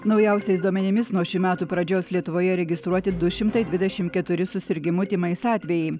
naujausiais duomenimis nuo šių metų pradžios lietuvoje registruoti du šimtai dvidešim keturi susirgimų tymais atvejai